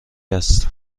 است